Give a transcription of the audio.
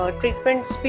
treatments